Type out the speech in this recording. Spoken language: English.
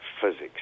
physics